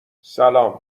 سلام